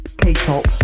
K-pop